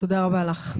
תודה רבה לך.